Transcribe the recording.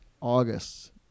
August